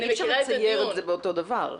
אי אפשר לתאר את זה כאותו הדבר.